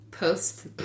post